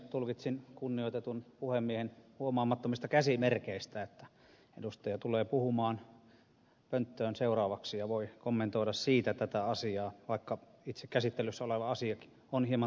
tulkitsin kunnioitetun puhemiehen huomaamattomista käsimerkeistä että edustaja tulee puhumaan pönttöön seuraavaksi ja voi kommentoida siitä tätä asiaa vaikka itse käsittelyssä oleva asia on hieman toisenlainen